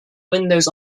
windows